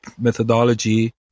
methodology